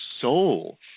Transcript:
soul